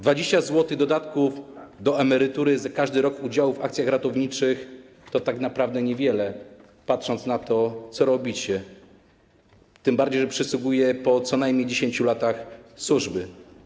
20 zł dodatku do emerytury za każdy rok udziału w akcjach ratowniczych to tak naprawdę niewiele, patrząc na to, co robicie, tym bardziej że przysługuje po co najmniej 10 latach służby.